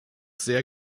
sehr